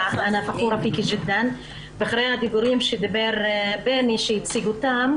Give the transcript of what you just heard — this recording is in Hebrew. --- ואחרי הדברים שאמר בני צרפתי,